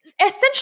essentially